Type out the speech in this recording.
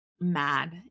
mad